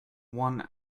one